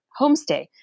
homestay